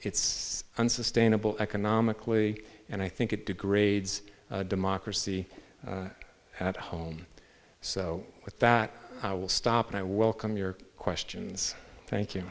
it's unsustainable economically and i think it degrades democracy at home so with that i will stop and i welcome your questions thank you